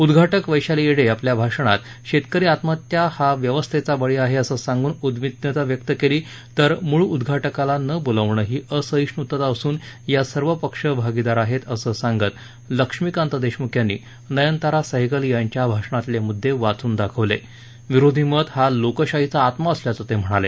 उद्घाटक वैशाली येडे आपल्या भाषणात शेतकरी आत्महत्या हा व्यवस्थेचा बळी आहे असं सांगून उद्विग्नता व्यक्त केली तर मुळ उद्घाटकाला न बोलावण ही असहिष्णता असून यात सर्व पक्ष भागिदार आहेत असं सांगत लक्ष्मीकांत देशमुख यांनी नयनतारा सहगल यांच्या भाषणातले मुद्दे वाचून दाखवले विरोधी मत हा लोकशाहीचा आत्मा असल्याचं ते म्हणाले